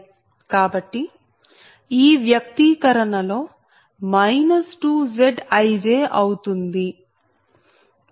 కాబట్టి ఈ వ్యక్తీకరణలో 2Zij అవుతుంది